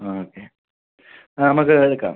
okay നമുക്ക് എടുക്കാം